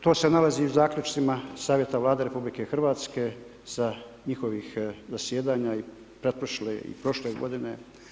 To se nalazi i u zaključcima Savjeta Vlade RH, s njihovih zasjedanja i pretprošle i prošle godine.